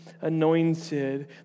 anointed